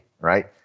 right